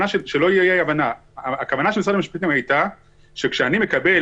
שלא תהיה אי הבנה: הכוונה של משרד המשפטים הייתה שכשאני מקבל